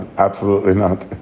absolutely not.